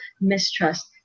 mistrust